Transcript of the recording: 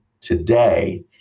today